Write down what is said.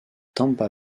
tampa